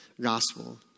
gospel